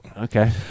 Okay